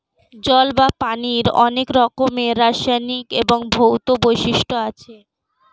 জল বা পানির অনেক রকমের রাসায়নিক এবং ভৌত বৈশিষ্ট্য আছে